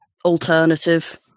alternative